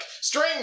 string